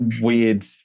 weird